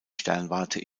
sternwarte